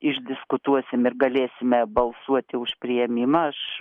išdiskutuosim ir galėsime balsuoti už priėmimą aš